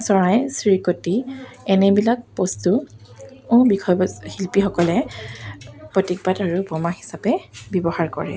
চৰাই চিৰিকটি এনেবিলাক বস্তু বিষয়বস্তু শিল্পীসকলে প্ৰতীকবাদ আৰু উপমা হিচাপে ব্যৱহাৰ কৰে